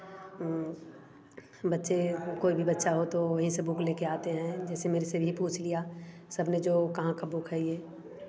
बच्चे कोई भी बच्चा हो तो वहीं से बुक लेकर आते हैं जैसे मेरी सहेली पूछ लिया सब ने जो कहाँ का बुक है यह